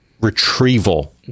retrieval